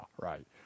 right